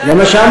זה מה שאמרתי,